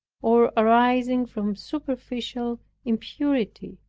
or arising from superficial impurity,